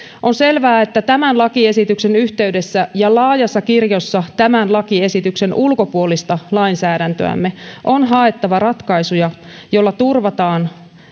on selvää että tämän lakiesityksen yhteydessä ja laajassa kirjossa tämän lakiesityksen ulkopuolista lainsäädäntöämme on haettava ratkaisuja joilla turvataan